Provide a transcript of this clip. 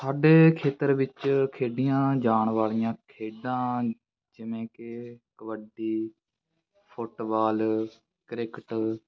ਸਾਡੇ ਖੇਤਰ ਵਿੱਚ ਖੇਡੀਆਂ ਜਾਣ ਵਾਲੀਆਂ ਖੇਡਾਂ ਜਿਵੇਂ ਕਿ ਕਬੱਡੀ ਫੁੱਟਬਾਲ ਕ੍ਰਿਕਟ